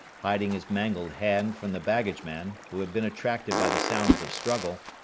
hiding his mangled hand from the baggageman, who had been attracted by the sounds of struggle.